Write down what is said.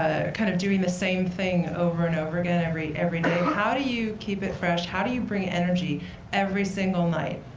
kind of doing the same thing over and over again every every night, how do you keep it fresh? how do you bring energy every single night?